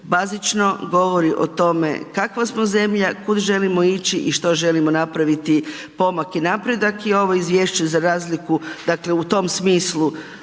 bazično govori o tome kakva smo zemlja, kud želimo ići i što želimo napraviti. Pomak i napredak je ovo izvješće za razliku, dakle u tom smislu